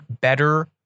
better